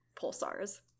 pulsars